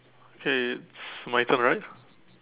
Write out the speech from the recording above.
okay it's my turn right